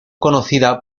conocida